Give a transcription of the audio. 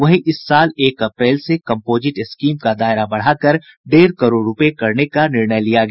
वहीं इस साल एक अप्रैल से कम्पोजिट स्कीम का दायरा बढ़ाकर डेढ़ करोड़ रूपये करने का निर्णय लिया गया